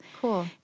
Cool